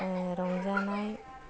रंजानाय